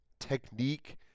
technique